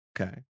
Okay